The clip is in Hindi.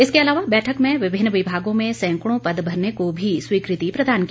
इसके अलावा बैठक में विभिन्न विभागों में सैंकड़ों पद भरने को भी स्वीकृति प्रदान की